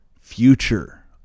future